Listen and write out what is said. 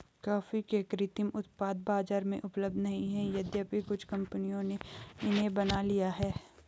coffee के कृत्रिम उत्पाद बाजार में उपलब्ध नहीं है यद्यपि कुछ कंपनियों ने इन्हें बना लिया है